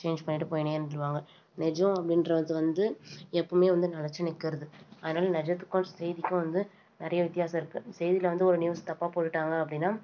change பண்ணிகிட்டு போயின்னே இருந்திருவாங்க நிஜம் அப்படின்றது வந்து எப்பவுமே வந்து நெலைச்சி நிக்கிறது அதனால நிஜத்துக்கும் செய்திக்கும் வந்து நிறைய வித்தியாசம் இருக்குது செய்தியில வந்து ஒரு நியூஸ் தப்பா போட்டுவிட்டாங்க அப்படின்னா